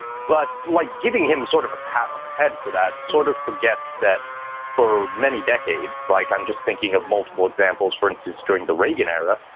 but like giving him sort of a pat on the head for that sort of forget that for many decades. like i'm just thinking of multiple examples. for instance, during the reagan era,